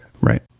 Right